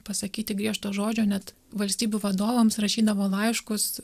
pasakyti griežto žodžio net valstybių vadovams rašydavo laiškus